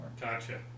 Gotcha